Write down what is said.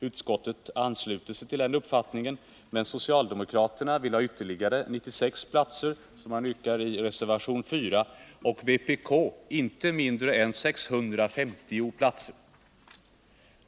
Utskottet ansluter sig till denna uppfattning, men socialdemokraterna vill, vilket yrkas i reservation 4, ha ytterligare 96 platser och vpk inte mindre än ytterligare 650 platser.